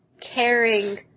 caring